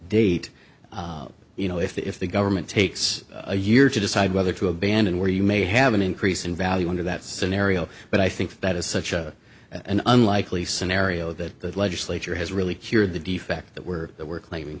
date you know if the government takes a year to decide whether to abandon where you may have an increase in value under that scenario but i think that is such a an unlikely scenario that the legislature has really cured the defect that we're that we're claiming